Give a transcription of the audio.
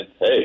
hey